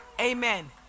Amen